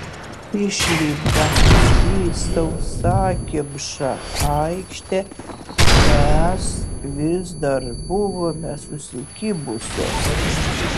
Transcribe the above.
išlipdamos į sausakimšą aikštę mes vis dar buvome susikibusios